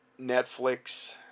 netflix